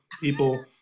people